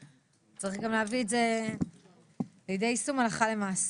צריך גם להביא את זה לידי יישום הלכה למעשה.